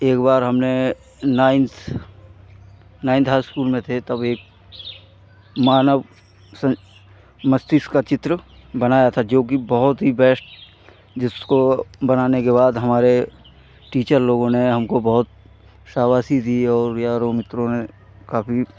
एक बार हमने नाइन्थ नाइन्थ हाई स्कूल में थे तब एक मानव सन मस्तिष्क का चित्र बनाया था जोकि बहुत ही बेस्ट जिसको बनाने के बाद हमारे टीचर लोगों ने हमको बहुत शाबासी थी और यारों मित्रों ने काफ़ी